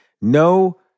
No